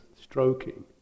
stroking